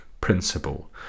principle